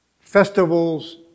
festivals